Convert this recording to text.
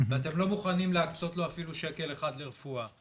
ואתם לא מוכנים להקצות לו אפילו שקל אחד לרפואה.